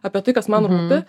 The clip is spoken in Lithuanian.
apie tai kas man rūpi